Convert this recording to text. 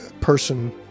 person